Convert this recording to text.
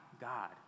God